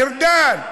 ארדן.